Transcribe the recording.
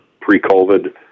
pre-COVID